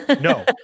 No